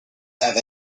have